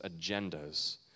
agendas